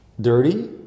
Dirty